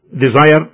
desire